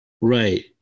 Right